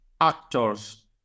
actors